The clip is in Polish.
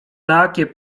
takie